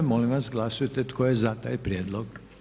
Molim vas glasujte tko je za taj Prijedlog?